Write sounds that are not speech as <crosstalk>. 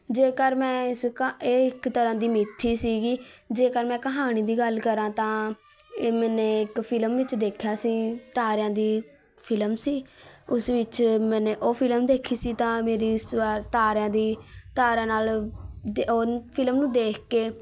ਜੇਕਰ ਮੈਂ ਇਸ ਕਾ ਇਹ ਇੱਕ ਤਰ੍ਹਾਂ ਦੀ ਮਿੱਥ ਹੀ ਸੀਗੀ ਜੇਕਰ ਮੈਂ ਕਹਾਣੀ ਦੀ ਗੱਲ ਕਰਾਂ ਤਾਂ ਇਹ ਮੈਨੇ ਇੱਕ ਫਿਲਮ ਵਿੱਚ ਦੇਖਿਆ ਸੀ ਤਾਰਿਆਂ ਦੀ ਫਿਲਮ ਸੀ ਉਸ ਵਿੱਚ ਮੈਨੇ ਉਹ ਫਿਲਮ ਦੇਖੀ ਸੀ ਤਾਂ ਮੇਰੀ ਇਸ ਵਾਰ ਤਾਰਿਆਂ ਦੀ ਤਾਰਿਆਂ ਨਾਲ <unintelligible> ਫਿਲਮ ਨੂੰ ਦੇਖ ਕੇ